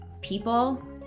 people